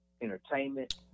Entertainment